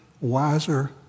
wiser